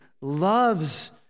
loves